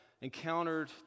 encountered